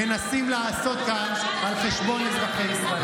מנסים לעשות כאן על חשבון אזרחי ישראל.